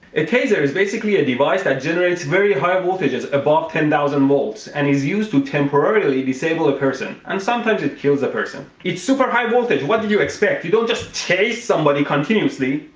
taser is basically a device that generates very high voltages above ten thousand volts, and is used to temporarily disable a person. and sometimes it kills a person. it's super high voltage, what do you expect? you don't just tase somebody continuously!